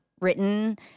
written